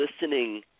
listening